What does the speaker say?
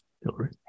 Hillary